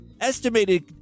Estimated